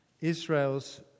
Israel's